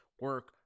Work